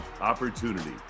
opportunity